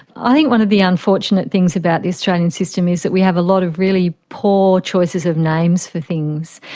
i think one of the unfortunate things about the australian system is that we have a lot of really poor choices of names for things.